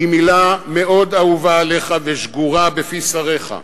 היא מלה מאוד אהובה עליך ושגורה בפי שריך.